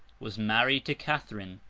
was married to catherine,